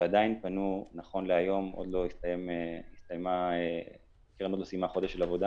ועדיין פנו נכון להיום הקרן עוד לא סיימה חודש של עבודה